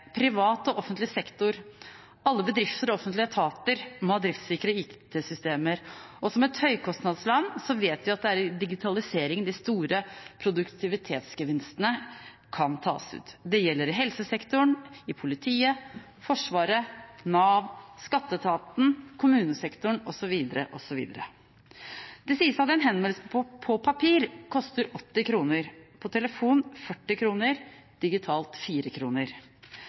Privat og offentlig sektor, alle bedrifter og offentlige etater må ha driftssikre IKT-systemer. Som beboere i et høykostland som vårt vet vi at det er i digitalisering de store produktivitetsgevinstene kan tas ut. Det gjelder helsesektoren, politiet, Forsvaret, Nav, skatteetaten, kommunesektoren osv. Det sies at en henvendelse på papir koster 80 kr, på telefon 40 kr, digitalt